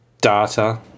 data